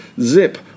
Zip